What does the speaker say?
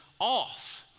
off